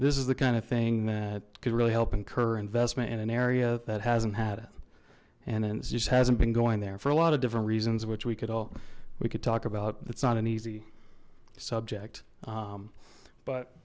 this is the kind of thing that could really help incur investment in an area that hasn't had it and it just hasn't been going there for a lot of different reasons which we could all we could talk about it's not an easy subject